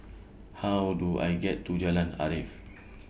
How Do I get to Jalan Arif